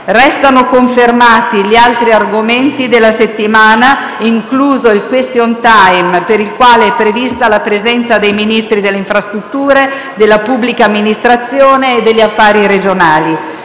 Restano confermati gli altri argomenti della settimana incluso il *question time*, per il quale è prevista la presenza dei Ministri delle infrastrutture e dei trasporti, della pubblica amministrazione e degli affari regionali.